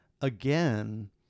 again